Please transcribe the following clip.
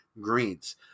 greens